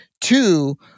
Two